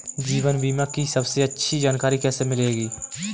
जीवन बीमा की सबसे अच्छी जानकारी कैसे मिलेगी?